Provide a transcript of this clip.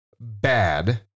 bad